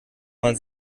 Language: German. mal